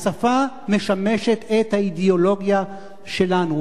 השפה משמשת את האידיאולוגיה שלנו,